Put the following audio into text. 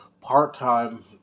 part-time